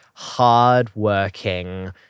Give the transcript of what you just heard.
hard-working